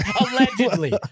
Allegedly